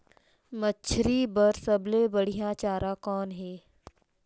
मछरी बर सबले बढ़िया चारा कौन हे?